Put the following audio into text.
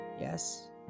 yes